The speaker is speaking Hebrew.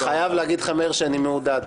אני חייב להגיד לך, מאיר, שאני מעודד.